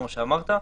כמו שאמרת,